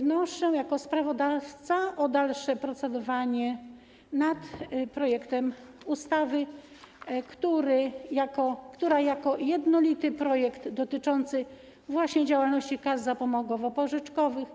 Wnoszę jako sprawozdawca o dalsze procedowanie nad projektem ustawy, który jako jednolity projekt dotyczący działalności kas zapomogowo-pożyczkowych